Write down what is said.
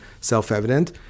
self-evident